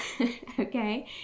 Okay